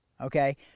Okay